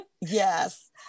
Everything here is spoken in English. Yes